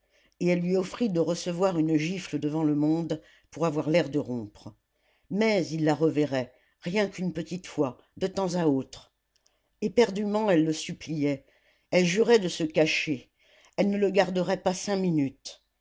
et elle lui offrit de recevoir une gifle devant le monde pour avoir l'air de rompre mais il la reverrait rien qu'une petite fois de temps à autre éperdument elle le suppliait elle jurait de se cacher elle ne le garderait pas cinq minutes